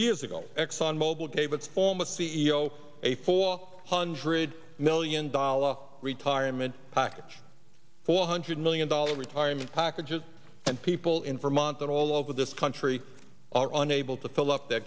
years ago exxon mobil gave its almost c e o a four hundred million dollars retirement package four hundred million dollars retirement packages and people in vermont that all over this country are unable to fill up their